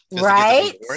right